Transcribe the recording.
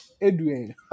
Edwin